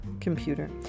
computer